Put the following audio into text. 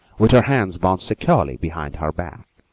with her hands bound securely behind her back.